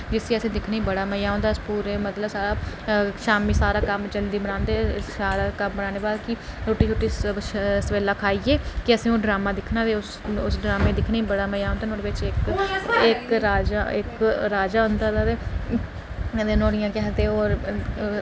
जिसी असें ई दिक्खने गी बड़ा मज़ा औंदा पूरे मतलब सारा शामीं सारा कम्म जल्दी बनांदे सारा कम्म बनाने दे बाद की रुट्टी सबेल्ला खाइयै कि असें ओह् ड्रामां दिक्खना उसी ड्रामें गी दिक्खने गी बड़ा मज़ा आंदा नुहाड़ै बिच इक्क राजा इक्क राजा होंदा ते नुहाड़ियां केह् आखदे होर